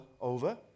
over